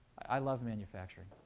i love manufacturing.